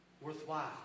worthwhile